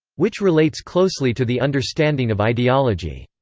which relates closely to the understanding of ideology.